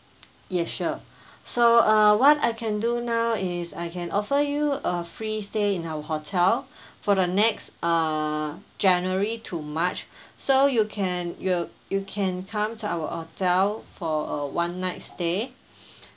ya sure so uh what I can do now is I can offer you a free stay in our hotel for the next uh january to march so you can you you can come to our hotel for a one night stay